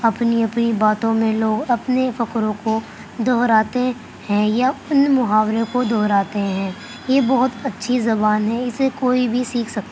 اپنی اپنی باتوں میں لوگ اپنے فقروں کو دہراتے ہیں یا ان محاوروں کو دہراتے ہیں یہ بہت اچھی زبان ہے اسے کوئی بھی سیکھ سک